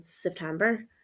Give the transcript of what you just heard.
September